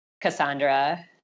Cassandra